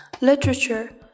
Literature